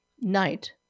night